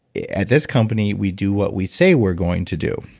at this company, we do what we say we're going to do.